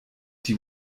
die